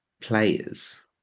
players